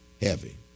heavy